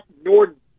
Norton